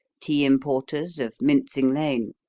tea importers, of mincing lane.